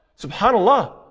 subhanAllah